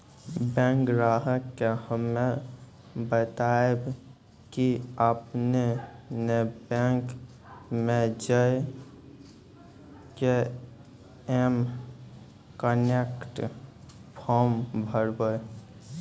bank ग्राहक के हम्मे बतायब की आपने ने बैंक मे जय के एम कनेक्ट फॉर्म भरबऽ